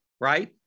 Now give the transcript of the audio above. right